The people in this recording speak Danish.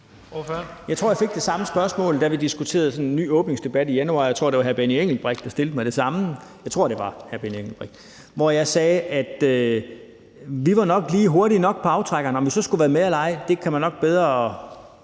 Jeg tror, jeg fik det samme spørgsmål, da vi diskuterede ved sådan den nye åbningsdebat i januar. Jeg tror, det var hr. Benny Engelbrecht, der stillede mig det samme spørgsmål – jeg tror, det var hr. Benny Engelbrecht – hvor jeg sagde, at vi nok lige var hurtige nok på aftrækkeren. Om vi så skulle have været med eller ej, kan man nok bedre